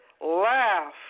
laugh